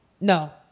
No